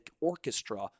orchestra